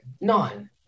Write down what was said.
None